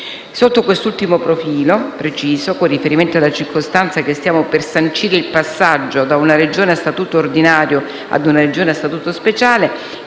Sotto quest'ultimo profilo aggiungo, con riferimento alla circostanza che stiamo per sancire il passaggio da una Regione a statuto ordinario ad una Regione a Statuto speciale,